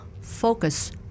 Focus